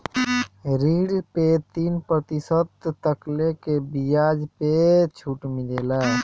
ऋण पे तीन प्रतिशत तकले के बियाज पे छुट मिलेला